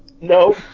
no